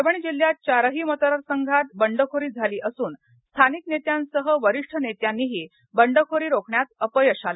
परभणी जिल्ह्यात चारही मतदार संघात बंडखोरी झाली असून स्थानिक नेत्यांसह वरिष्ठ नेत्यांनाही बंडखोरी रोखण्यात अपयश आले